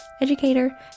educator